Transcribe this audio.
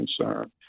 concern